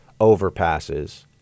overpasses